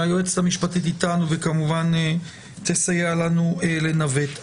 היועצת המשפטית איתנו וכמובן תסייע לנו לנווט.